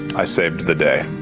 i saved the day.